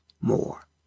more